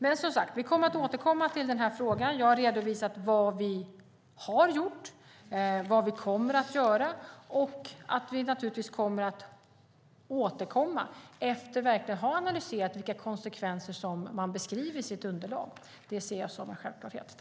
Men, som sagt, vi återkommer till den här frågan. Jag har redovisat vad vi har gjort, vad vi kommer att göra och att vi naturligtvis återkommer efter att ha analyserat vilka konsekvenser som man beskriver i sitt underlag. Det ser jag som en självklarhet.